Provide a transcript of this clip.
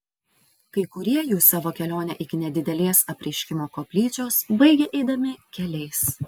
kai kurie jų savo kelionę iki nedidelės apreiškimo koplyčios baigė eidami keliais